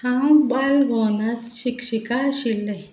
हांव बालभवनांत शिक्षिका आशिल्लें